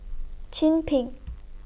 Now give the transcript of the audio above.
Chin Peng